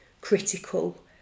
critical